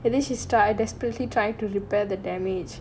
and then she start desperately trying to repair the damage